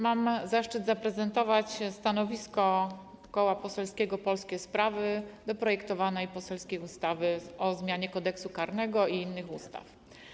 Mam zaszczyt zaprezentować stanowisko Koła Poselskiego Polskie Sprawy wobec projektowanej poselskiej ustawy o zmianie Kodeksu karnego i innych ustaw.